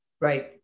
right